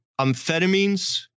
amphetamines